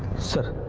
sir,